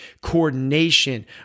coordination